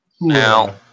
Now